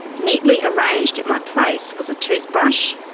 neatly arranged at my place was a toothbrush,